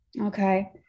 Okay